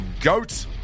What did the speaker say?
GOAT